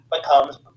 becomes